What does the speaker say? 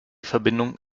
verbindung